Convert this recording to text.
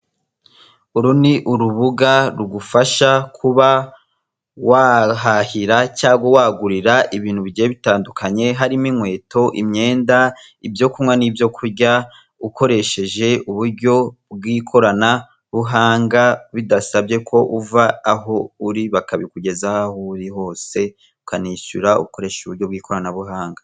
Uru ni urubuga rugufasha kuba wahaha cyangwa wagura ibintu bigiye bitandukanye birimo :inkweto, imyenda, ibyo kunywa n'ibyo kurya; ukoresheje uburyo bw'ikoranabuhanga, bidasabye ko uva aho uri, bakabikugezaho aho uri hose, ukishyura ukoresheje ikoranabuhanga.